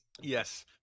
Yes